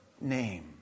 Name